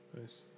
Nice